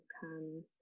come